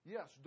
Yes